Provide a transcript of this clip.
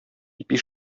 ипи